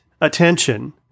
attention